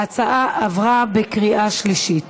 ההצעה עברה בקריאה שלישית